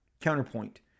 counterpoint